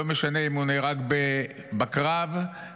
לא משנה אם הוא אם הוא נהרג בקרב ולא